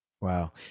wow